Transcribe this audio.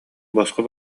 босхо